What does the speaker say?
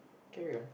carry on